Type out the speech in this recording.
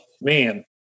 man